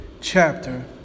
chapter